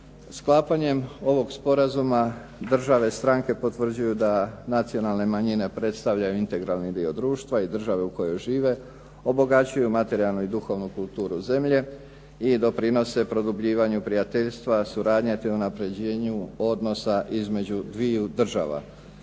Sklapanjem ovog sporazuma države stranke potvrđuju da nacionalne manjine predstavljaju integralni dio društva i države u kojoj žive, obogaćuju materijalno i duhovno kulturu zemlje i doprinose produbljivanju prijateljstva, suradnje te unapređenju odnosa između dviju država.